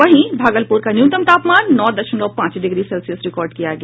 वहीं भागलपुर का न्यूनतम तापमान नौ दशमलव पांच डिग्री सेल्सियस रिकॉर्ड किया गया